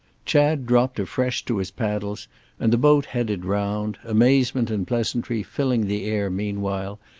chad dropped afresh to his paddles and the boat headed round, amazement and pleasantry filling the air meanwhile,